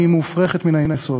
היא מופרכת מן היסוד.